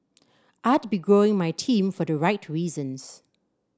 I'd be growing my team for the right reasons